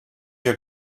your